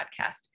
podcast